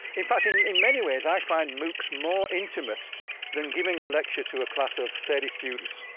in fact, in in many ways, i find moocs more intimate than giving a lecture to a class of thirty students.